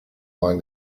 wine